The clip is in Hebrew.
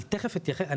אני תיכף אתייחס.